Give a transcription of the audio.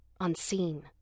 unseen